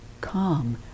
calm